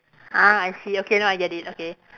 ah I see okay now I get it okay